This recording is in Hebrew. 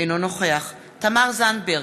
אינו נוכח תמר זנדברג,